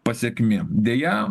pasekmėm deja